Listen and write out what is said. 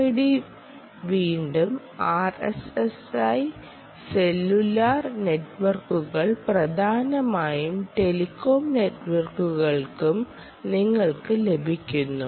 RFID വീണ്ടും RSSI cellular നെറ്റ്വർക്കുകൾ പ്രധാനമായും ടെലികോം നെറ്റ്വർക്കുകളും നിങ്ങൾക്ക് ലഭിക്കുന്നു